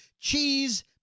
cheese